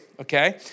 okay